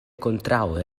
kontraŭe